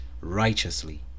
righteously